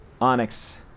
Onyx